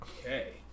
Okay